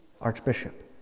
Archbishop